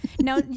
Now